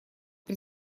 при